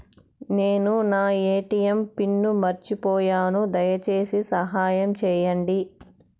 నేను నా ATM pin మర్చిపోయాను, దయచేసి సహాయం చేయండి